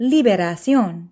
Liberación